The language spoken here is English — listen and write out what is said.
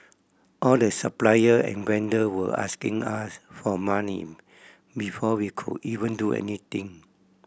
all the supplier and vendor were asking us for money before we could even do anything